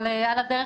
אבל על הדרך,